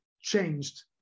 changed